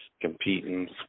competing